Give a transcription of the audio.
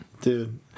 Dude